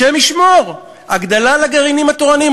השם ישמור, הגדלה לגרעינים התורניים.